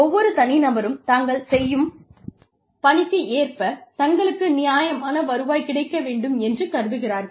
ஒவ்வொரு தனிநபரும் தாங்கள் செய்யும் பணிக்கு ஏற்ப தங்களுக்கு நியாயமான வருவாய் கிடைக்க வேண்டும் என்று கருதுகிறார்கள்